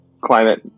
climate